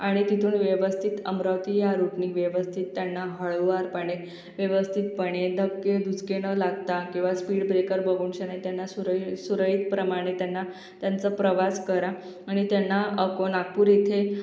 आणि तिथून व्यवस्थित अमरावती या रूटनी व्यवस्थित त्यांना हळुवारपणे व्यवस्थितपणे धक्के दुचके न लागता किंवा स्पीड ब्रेकर बघूनशन्या त्यांना सुरळी सुरळीतप्रमाणे त्यांना त्यांचं प्रवास करा आणि त्यांना अको नागपूर इथे